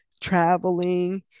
traveling